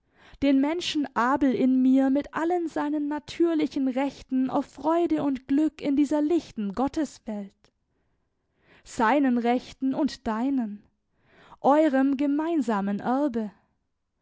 den menschen abel in mir mit allen seinen natürlichen rechten auf freude und glück in dieser lichten gotteswelt seinen rechten und deinen eurem gemeinsamen erbe